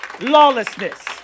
Lawlessness